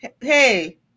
hey